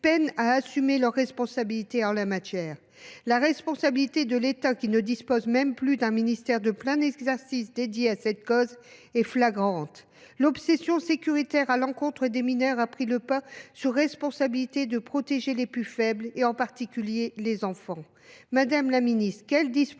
peinent à assumer leurs responsabilités en la matière. La responsabilité de l’État, qui ne dispose même plus d’un ministère de plein exercice dédié à cette cause, est flagrante. L’obsession sécuritaire à l’encontre des mineurs a pris le pas sur la responsabilité de protéger les plus faibles, en particulier les enfants.